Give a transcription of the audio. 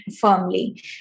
firmly